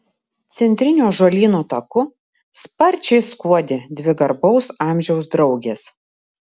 centriniu ąžuolyno taku sparčiai skuodė dvi garbaus amžiaus draugės